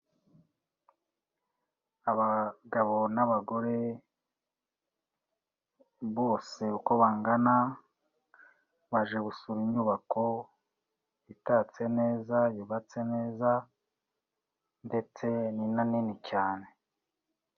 Abagabo n'abagore bose uko bangana baje gusura inyubako itatse neza yubatse neza, ndetse ni na nini cyane.